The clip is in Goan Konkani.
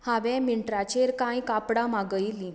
हांवे मिंत्राचेर कांय कापडां मागयिल्लीं